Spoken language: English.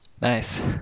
Nice